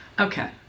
Okay